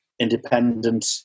independent